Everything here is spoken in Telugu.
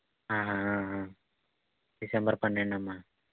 డిసెంబర్ పన్నెండమ్మా